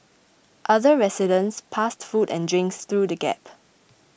other residents passed food and drinks through the gap